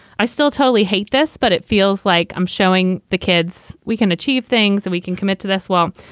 i still totally hate this, but it feels like i'm showing the kids we can achieve things that we can commit to this well.